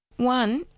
one,